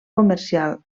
comercial